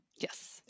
Yes